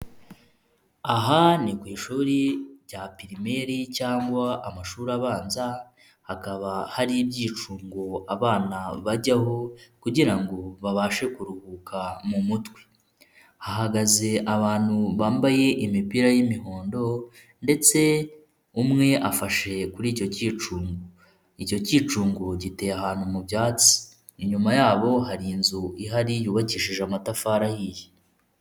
Aha ni ku ishuri rya pirimeri cyangwa amashuri abanza hakaba hari ibyicungo abana bajyaho kugira ngo babashe kuruhuka mu mutwe, hahagaze abantu bambaye imipira y'imihondo ndetse umwe afashe kuri icyo cyicungo, icyo kicungo giteye ahantu mu byatsi inyuma yabo hari inzu ihari yubakishije amatafari ahiye.